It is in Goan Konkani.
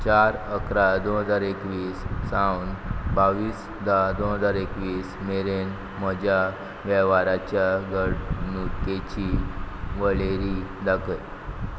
चार इकरा दोन हजार एकवीस सावन बावीस धा दोन हजार एकवीस मेरेन म्हज्या वेव्हाराच्या घडणुकेची वळेरी दाखय